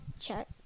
check